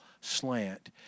slant